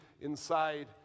inside